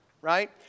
right